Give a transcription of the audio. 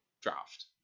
draft